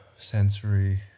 Sensory